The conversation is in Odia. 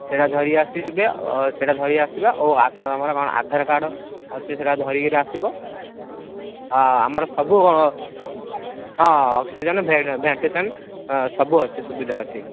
ସେଇଟା ଧରିକି ଆସିବେ ସେଇଟା ଧରିକି ଆସିବେ ଓ ଆମର କ'ଣ ଆଧାର କାର୍ଡ଼୍ ଅଛି ସେଟା ଧରିକିରି ଆସିବ ହଁ ଆମର ସବୁ ହଁ ଅକ୍ସିଜେନ୍ ଭେଣ୍ଟିଲେସନ୍ ସବୁ ଅଛି ସୁବିଧା ଅଛି ସୁବିଧା ଅଛି